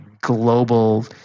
global